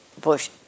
bush